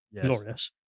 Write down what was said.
Glorious